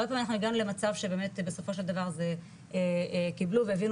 הרבה פעמים אנחנו הגענו למצב שבסופו של דבר קיבלו והבינו